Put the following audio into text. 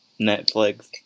Netflix